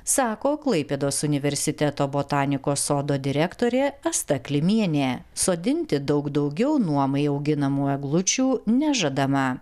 sako klaipėdos universiteto botanikos sodo direktorė asta klimienė sodinti daug daugiau nuomai auginamų eglučių nežadama